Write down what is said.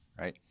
right